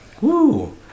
Woo